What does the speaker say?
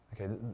Okay